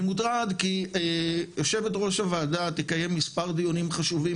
אני מוטרד כי יושבת ראש הוועדה תקיים מספר דיונים חשובים,